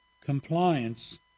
compliance